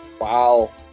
Wow